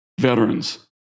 veterans